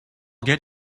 get